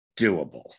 doable